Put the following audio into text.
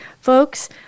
folks